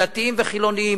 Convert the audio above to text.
דתיים וחילונים,